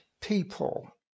people